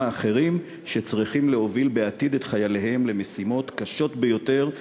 האחרים שצריכים להוביל בעתיד את חייליהם למשימות קשות ביותר,